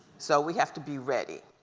so we have to be ready